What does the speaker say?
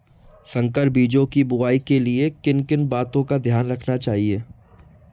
संकर बीजों की बुआई के लिए किन किन बातों का ध्यान रखना चाहिए?